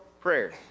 prayer